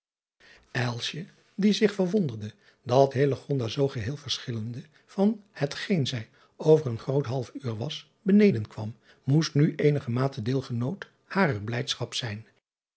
die zich verwonderde dat zoo geheel verschillende van het geen zij over een groot half uur was beneden kwam moest nu eenigermate deelgenoot harer blijdschap zijn